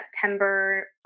September